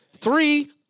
Three